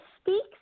speaks